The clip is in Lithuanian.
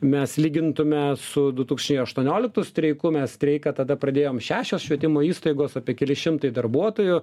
mes lygintume su du tūkstančiai aštuonioliktų streiku mes streiką tada pradėjom šešios švietimo įstaigos apie keli šimtai darbuotojų